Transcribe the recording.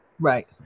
Right